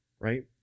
Right